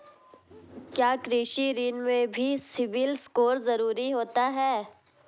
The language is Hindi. क्या कृषि ऋण में भी सिबिल स्कोर जरूरी होता है?